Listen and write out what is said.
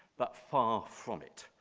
but far from it.